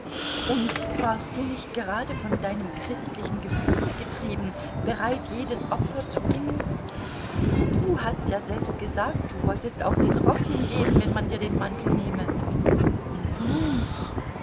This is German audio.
und warst du nicht gerade von deinem christlichen gefühle getrieben bereit jedes opfer zu bringen du hast ja selbst gesagt du wolltest auch den rock hingeben wenn man dir den mantel nehme und nun